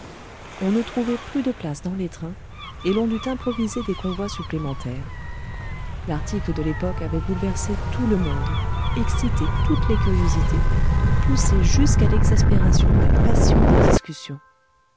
on ne trouvait plus de place dans les trains et l'on dut improviser des convois supplémentaires l'article de l'époque avait bouleversé tout le monde excité toutes les curiosités poussé jusqu'à l'exaspération la passion des discussions